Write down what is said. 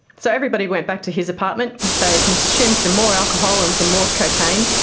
so everybody went back to his apartment, they consumed some more alcohol and some more cocaine,